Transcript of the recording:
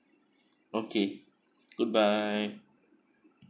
okay goodbye